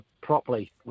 properly